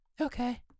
Okay